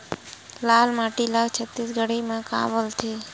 लाल माटी ला छत्तीसगढ़ी मा का बोलथे?